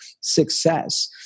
success